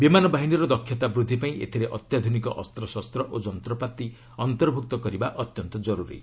ବିମାନବାହିନୀହ ଦକ୍ଷତା ବୃଦ୍ଧି ପାଇଁ ଏଥିରେ ଅତ୍ୟାଧୁନିକ ଅସ୍ତ୍ରଶସ୍ତ ଓ ଯନ୍ତ୍ରପାତି ଅନ୍ତର୍ଭୁକ୍ତ କରିବା ଅତ୍ୟନ୍ତ ଜରୁରୀ